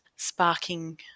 sparking